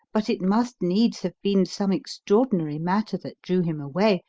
but it must needs have been some extraordinary matter that drew him away,